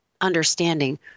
understanding